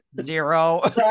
zero